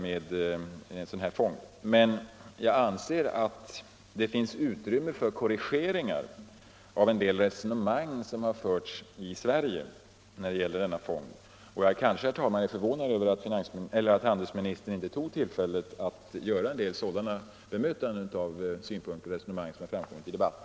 Men jag anser att det finns utrymme för korrigeringar av en del resonemang som har förts i Sverige när det gäller denna fond, och jag är, herr talman, kanske förvånad över att handelsministern inte tog tillfället att göra en del sådana bemötanden av synpunkter och resonemang som har framkommit i de — Nr 14